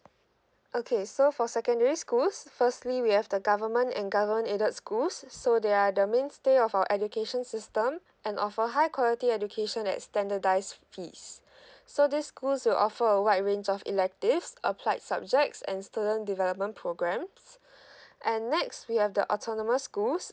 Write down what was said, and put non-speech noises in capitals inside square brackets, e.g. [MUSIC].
okay so for secondary schools firstly we have the government and government aided schools so they are the mainstay of our education system and offer high quality education at standardised fees [BREATH] so these schools will offer a wide range of electives applied subjects and student development programs [BREATH] and next we have the autonomous schools